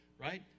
right